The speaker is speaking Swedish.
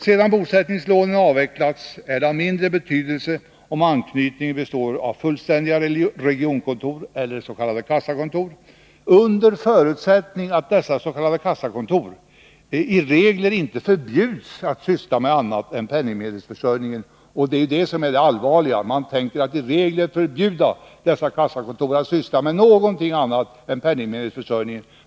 Sedan bosättningslånen avvecklats är det av mindre betydelse om anknytningen består av fullständiga regionkontor eller s.k. kassakontor, under förutsättning att dessa s.k. kassakontor inte i regler förbjuds att syssla med annat än penningmedelsförsörjningen — men det allvarliga är att man just vill förbjuda dem det.